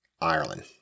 Ireland